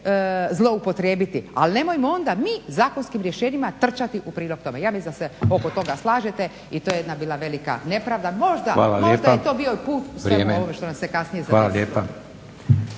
zloupotrijebiti ali nemojmo onda mi zakonskim rješenjima trčati u prilog tome. Ja mislim da se oko toga slažete i to je jedna bila velika nepravda. Možda je to bio i put sve što nas je kasnije zadesilo.